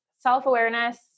self-awareness